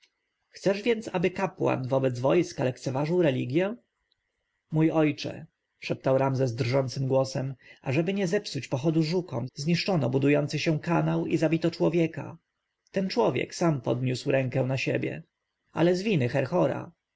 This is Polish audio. chcesz więc ażeby kapłan wobec wojska lekceważył religję mój ojcze szeptał ramzes drżącym głosem ażeby nie zepsuć pochodu żukom zniszczono budujący się kanał i zabito człowieka ten człowiek sam podniósł rękę na siebie ale z winy herhora